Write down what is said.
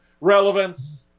relevance